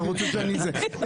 אתה צודק,